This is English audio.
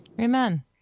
Amen